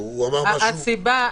אני חושב שהוא צודק,